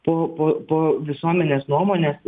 po po po visuomenės nuomonės